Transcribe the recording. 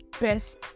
best